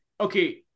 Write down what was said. Okay